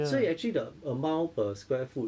所以 actually the amount per square foot